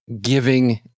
giving